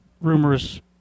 rumors